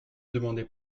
demandez